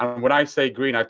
when i say green,